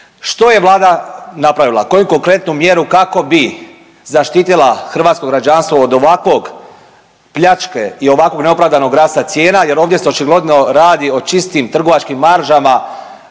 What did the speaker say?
Što je Vlada napravila, koju konkretnu mjeru kako bi zaštitila hrvatsko građanstvo od ovakvog plačke i ovakvog neopravdanog rasta cijena jer ovdje se očigledno radi o čistim trgovačkim maržama